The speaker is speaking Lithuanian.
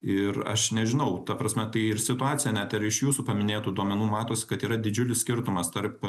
ir aš nežinau ta prasme tai ir situacija net ir iš jūsų paminėtų duomenų matosi kad yra didžiulis skirtumas tarp